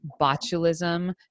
botulism